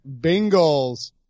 Bengals